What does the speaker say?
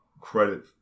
credit